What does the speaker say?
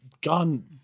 gone